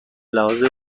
لحاظ